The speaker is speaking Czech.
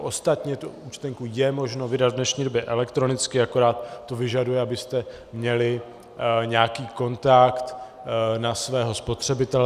Ostatně tu účtenku je možno vydat v dnešní době elektronicky, akorát to vyžaduje, abyste měli nějaký kontakt na svého spotřebitele.